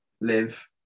live